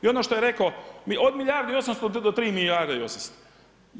I ono što je rekao, od milijardu i 800 do 3 milijarde i 800.